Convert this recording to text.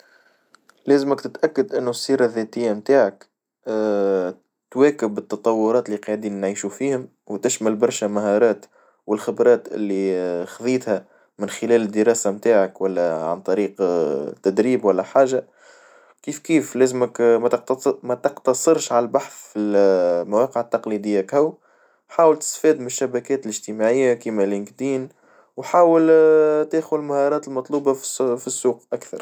لازمك تتأكد انو السيرة الذاتية نتاعك تواكب التطورات اللي قاعدين نعيشو فيهم، وتشمل برشا مهارات والخبرات اللي خديتها من خلال الدراسة نتاعك ولا عن طريق تدريب والا حاجة، كيف كيف لازمك ما تقتص- متقتصرش على البحث في المواقع التقليدية كاو حاول تستفاد من الشبكات الاجتماعية كما لينكد إن وحاول تاخد المهارات المطلوبة في السوق أكثر.